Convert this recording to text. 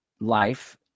life